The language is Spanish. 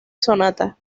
sonata